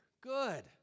Good